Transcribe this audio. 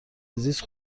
زیست